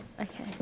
Okay